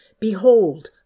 Behold